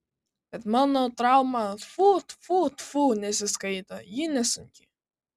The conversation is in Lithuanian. bet mano trauma tfu tfu tfu nesiskaito ji nesunki